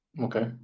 okay